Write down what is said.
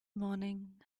morning